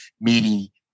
meeting